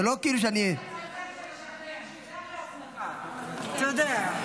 אל תסתכל בכיסא של השכן, תדאג לעצמך, אתה יודע.